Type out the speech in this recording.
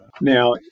Now